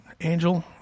angel